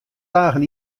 dagen